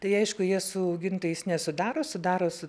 tai aišku jie su augintojais nesudaro sudaro su